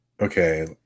Okay